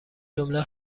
جمله